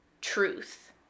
truth